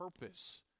purpose